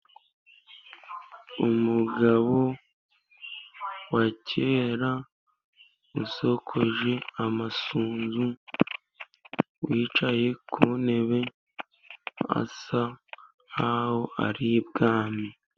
Umugabo wa kera, usokoje amasunzu, wicaye ku ntebe, asa nkaho ari ibwami.